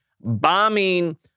bombing